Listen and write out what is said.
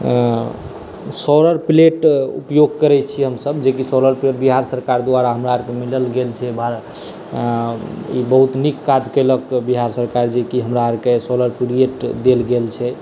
solar plate उपयोग करै छियै हमसभ जेकी सोलर प्लेट बिहार सरकारक द्वारा हमरा आरके मिलल गेल छै ई बहुत नीक काज केलक बिहार सरकार जेकी हमरा आरके सोलर प्लेट देल गेल छै